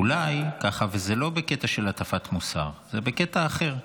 אולי, וזה לא בקטע של הטפת מוסר, זה בקטע אחר,